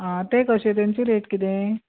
आं ते कशें तेंची रेट कितें